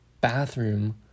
bathroom